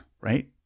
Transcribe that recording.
right